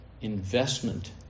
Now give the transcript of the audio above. investment